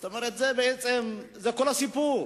זאת אומרת, זה בעצם כל הסיפור.